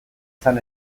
izan